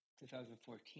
2014